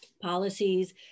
policies